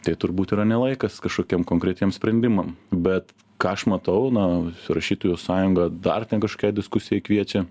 tai turbūt yra ne laikas kažkokiem konkretiem sprendimam bet ką aš matau na rašytojų sąjunga dar ten kažkai diskusijai kviečia